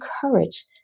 courage